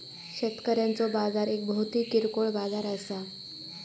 शेतकऱ्यांचो बाजार एक भौतिक किरकोळ बाजार असा